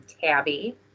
Tabby